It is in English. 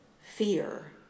fear